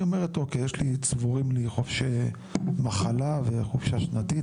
היא אומרת אוקי צבורים לי חופשת מחלה וחופשה שנתית,